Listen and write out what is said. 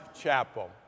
Chapel